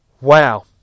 wow